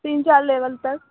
तीन चार लेवल तक